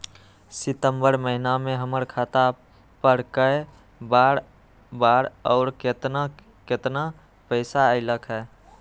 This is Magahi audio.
सितम्बर महीना में हमर खाता पर कय बार बार और केतना केतना पैसा अयलक ह?